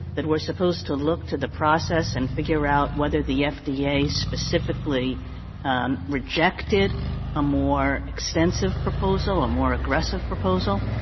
that we're supposed to look to the process and figure out whether the fda yeah specifically rejected a more extensive proposal, a more aggressive proposal?